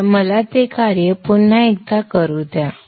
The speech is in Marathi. तर मला ते कार्य पुन्हा एकदा करू द्या